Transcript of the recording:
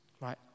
Right